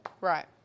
Right